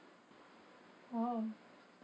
!wow!